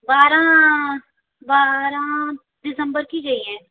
बारह बारह दिसंबर की चाहिए